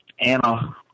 Anna